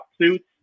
suits